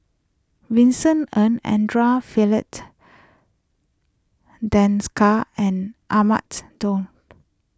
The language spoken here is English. Vincent Ng andre fee late Desker and Ahmad's Daud